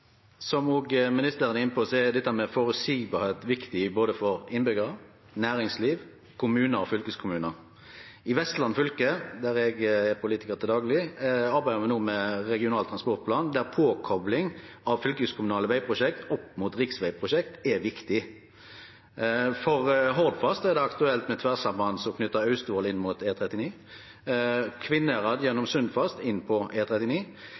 Som ministeren er inne på, er det viktig at dette er føreseieleg for både innbyggjarar, næringsliv, kommunar og fylkeskommunar. I Vestland fylke, der eg er politikar til dagleg, arbeider me no med regional transportplan, der påkopling av fylkeskommunale vegprosjekt opp mot riksvegprosjekt er viktig. For Hordfast er det aktuelt med tverrsamband som knyter Austevoll inn mot E39, og Kvinnherad gjennom Sunnfast inn på